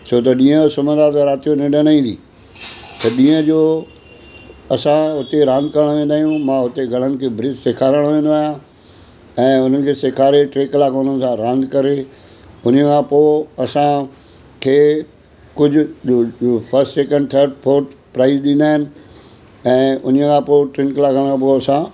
छो त ॾींहं जो सुम्हंदा त राति जो निंड न ईंदी त ॾींहं जो असां हुते रांदि करणु वेंदा आहियूं मां हुते घणनि खे ब्रीज सेखारणु वेंदो आहियां ऐं उन्हनि खे सेखारे टे कलाक हुननि सां रांदि करे उन्हीअ खां पोइ असां खे कुझु first second third fourth prize ॾींदा आहिनि ऐं उन्हीअ खां पोइ टिनि कलाकनि खां पोइ असां